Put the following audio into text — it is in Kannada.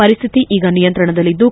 ಪರಿಸ್ಕಿತಿ ಈಗ ನಿಯಂತ್ರಣದಲ್ಲಿದ್ದು